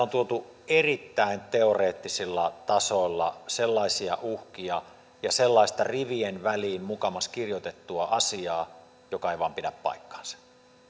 on tuotu erittäin teoreettisilla tasoilla sellaisia uhkia ja sellaista rivien väliin mukamas kirjoitettua asiaa joka ei vain pidä paikkaansa